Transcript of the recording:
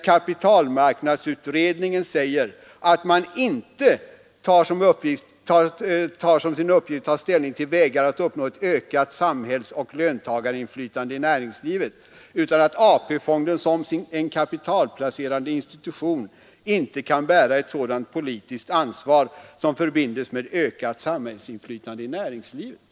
Kapitalmarknadsutredningen säger däremot att man inte tar som sin uppgift att ta ställning till vägar att uppnå ett ökat samhällsoch löntagarinflytande i näringslivet och att AP-fonden som en kapitalplacerande institution inte kan bära ett sådant politiskt ansvar som förbindes med ökat samhällsinflytande i näringslivet.